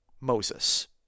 Moses